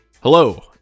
Hello